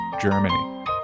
Germany